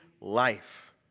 life